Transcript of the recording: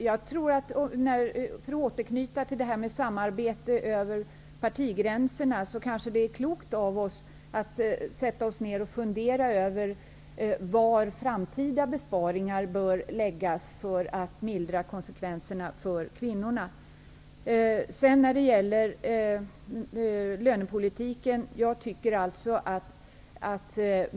Herr talman! För att återknyta till frågan om samarbete över partigränserna kanske det vore klokt av oss att fundera över var framtida besparingar bör göras för att mildra konsekvenserna för kvinnorna. Jag tycker att man skall värderas efter insats i lönepolitiken.